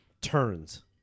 turns